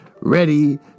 Ready